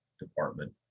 department